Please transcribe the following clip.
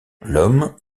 l’homme